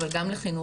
אבל גם לחינוך,